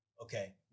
Okay